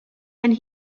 and